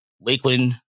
Lakeland